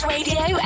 radio